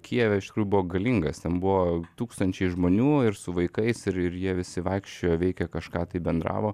kijeve iš tikrųjų buvo galingas ten buvo tūkstančiai žmonių ir su vaikais ir ir jie visi vaikščiojo veikė kažką tai bendravo